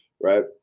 Right